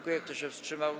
Kto się wstrzymał?